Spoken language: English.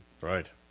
Right